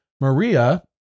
Maria